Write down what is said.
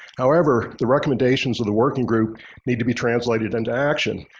however, the recommendations of the working group need to be translated into action.